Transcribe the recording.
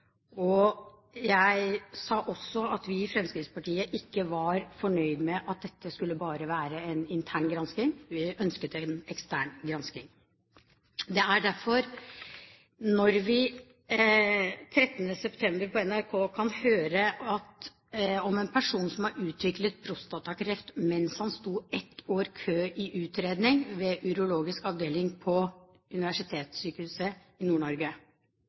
Jeg sa også at vi i Fremskrittspartiet ikke var fornøyd med at dette bare skulle være en intern granskning, og at vi ønsket en ekstern granskning. Den 13. september kunne vi på NRK høre om en person som har utviklet prostatakreft mens han sto ett år i kø for utredning ved urologisk avdeling ved Universitetssykehuset